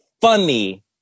funny